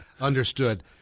understood